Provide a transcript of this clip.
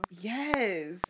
Yes